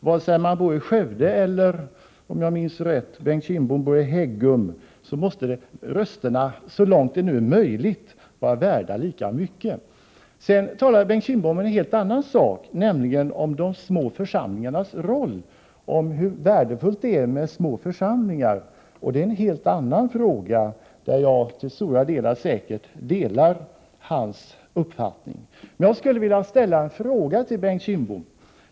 Vare sig man bor i Skövde eller i Häggum, som Bengt Kindbom, måste rösterna så långt det är möjligt vara värda lika mycket. Bengt Kindbom talar sedan om en helt annan sak, nämligen om de små församlingarnas roll, hur värdefullt det är med små församlingar. Det är en helt annan fråga, där jag till stor del säkert delar hans uppfattning.